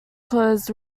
clothes